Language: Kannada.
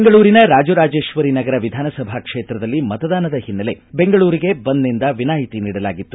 ಬೆಂಗಳೂರಿನ ರಾಜರಾಜೇಶ್ವರಿ ನಗರ ವಿಧಾನಸಭಾ ಕ್ಷೇತ್ರದಲ್ಲಿ ಮತದಾನದ ಹಿನ್ನೆಲೆ ಬೆಂಗಳೂರಿಗೆ ಬಂದ್ನಿಂದ ವಿನಾಯತಿ ನೀಡಲಾಗಿತ್ತು